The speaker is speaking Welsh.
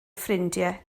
ffrindiau